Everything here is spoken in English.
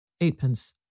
Eightpence